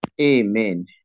Amen